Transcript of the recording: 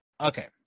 okay